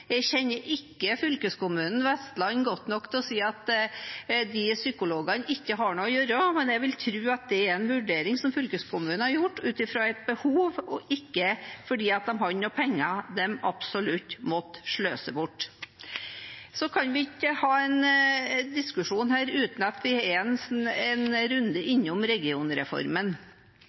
Jeg kjenner ikke fylkeskommunen Vestland godt nok til å si at psykologene ikke har noe å gjøre, men jeg vil tro at det er en vurdering som fylkeskommunen har gjort ut fra et behov og ikke fordi de har noen penger som de absolutt måtte sløse bort. Så kan vi ikke ha en diskusjon her uten at vi er en runde innom regionreformen.